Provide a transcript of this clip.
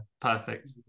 perfect